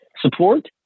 support